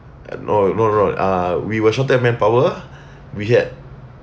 err no no no no uh we were shortage of manpower we had